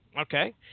okay